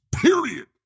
Period